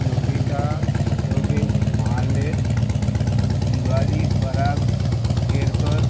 Yogita Yogesh Mahalle Yugali Parag Kerkar